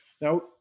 Now